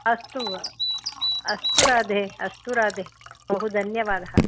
अस्तु अस्तु राधे अस्तु राधे बहु धन्यवादः